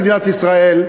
למדינת ישראל,